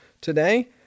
today